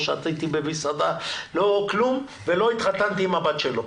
לא שתיתי אתו במסעדה ולא התחתנתי עם הבת שלו.